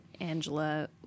Angela